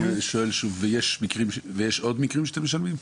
ויש עוד מקרים שאתם משלמים?